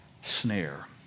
snare